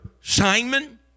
Simon